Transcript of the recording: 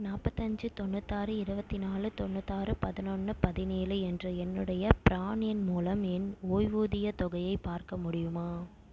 நாற்பத்தஞ்சி தொண்ணூத்தாறு இருபத்தி நாலு தொண்ணூத்தாறு பதினொன்று பதினேழு என்ற என்னுடைய ப்ரான் எண் மூலம் என் ஓய்வூதியத் தொகையை பார்க்க முடியுமா